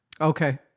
Okay